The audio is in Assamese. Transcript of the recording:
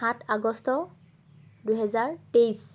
সাত আগষ্ট দুহেজাৰ তেইছ